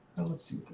and let's see